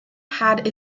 had